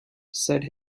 said